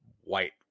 white